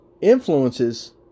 influences